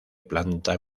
planta